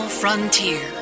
frontier